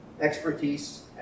expertise